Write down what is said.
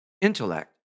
intellect